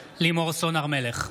סעדה,